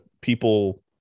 people